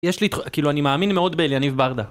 יש לי ... כאילו אני מאמין מאוד ביניב ברדה